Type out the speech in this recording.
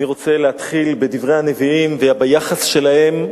אני רוצה להתחיל בדברי הנביאים וביחס שלהם,